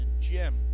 Jim